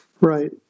Right